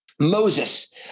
Moses